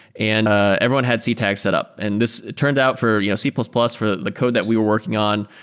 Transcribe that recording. and everyone had c tags set up. and it turned out for you know c plus plus, for the code that we were working on,